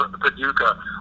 Paducah